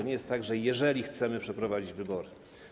Nie jest tak, że: jeżeli chcemy przeprowadzić wybory.